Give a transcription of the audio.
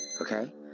okay